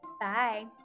Bye